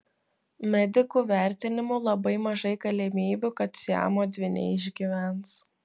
medikų vertinimu labai mažai galimybių kad siamo dvyniai išgyvens